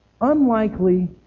unlikely